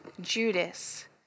Judas